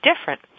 different